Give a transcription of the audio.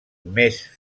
més